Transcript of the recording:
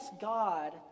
God